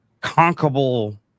conquerable